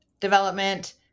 development